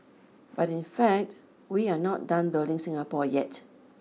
but in fact we are not done building Singapore yet